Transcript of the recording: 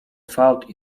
fałd